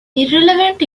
irrelevant